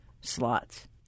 slots